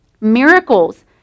Miracles